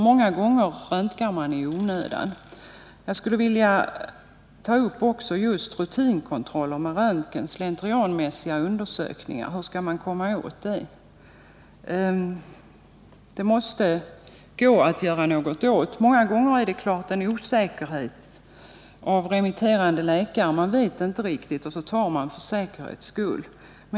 Många gånger röntgar man i onödan. Jag skulle också vilja ta upp frågan om rutinkontroller med röntgen och slentrianmässiga undersökningar. Hur skall man komma åt det? Det måste gå att gör någonting åt det. Många gånger beror de på en osäkerhet av remitterande läkare. Man vet inte riktigt, och så röntgar man för säkerhets skull.